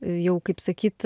jau kaip sakyt